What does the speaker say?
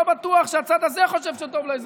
לא בטוח שהצד הזה חושב שטוב לאזרחים,